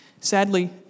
Sadly